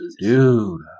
Dude